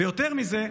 ויותר מזה,